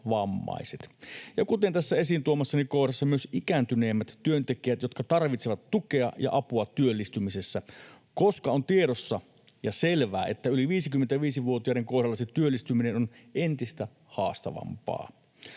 kuten tässä esiin tuomassani kohdassa, myös ikääntyneemmät työntekijät, jotka tarvitsevat tukea ja apua työllistymisessä, koska on tiedossa ja selvää, että yli 55-vuotiaiden kohdalla se työllistyminen on entistä haastavampaa.